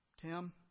Tim